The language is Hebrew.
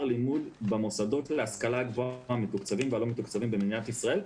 לימוד במוסדות להשכלה גבוהה המתוקצבים והלא מתוקצבים במדינת ישראל,